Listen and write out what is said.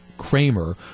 Kramer